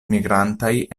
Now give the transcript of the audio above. migrantaj